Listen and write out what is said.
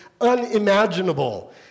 unimaginable